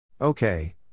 Okay